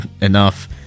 enough